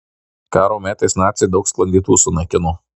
karo metais naciai daug sklandytuvų sunaikino